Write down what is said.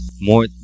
More